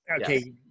Okay